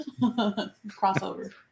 crossover